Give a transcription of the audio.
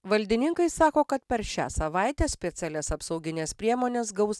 valdininkai sako kad per šią savaitę specialias apsaugines priemones gaus